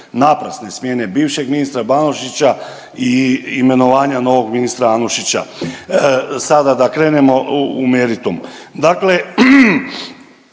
naprasne smjene bivšeg ministra Banožića i imenovanja novog ministra Anušića. Sada da krenemo u meritum. Dakle